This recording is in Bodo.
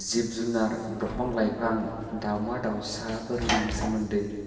जिब जुनार दंफां लाइफां दावमा दावसाफोरनि सोमोन्दै